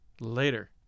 later